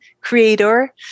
creator